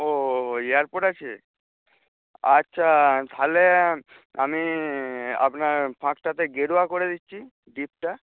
ওহ airport আছে আচ্ছা তাহলে আমি আপনার ফাঁকটাতে গেরুয়া করে দিচ্ছি ডিপটা